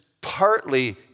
partly